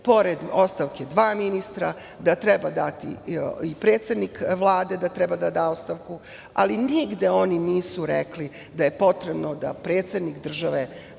pored ostavke dva ministra, da predsednik Vlade da ostavku, ali nigde oni nisu rekli da je potrebno da predsednik države